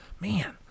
man